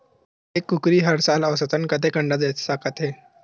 एक कुकरी हर साल औसतन कतेक अंडा दे सकत हे?